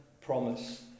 promise